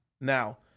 Now